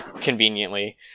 conveniently